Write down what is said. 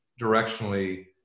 directionally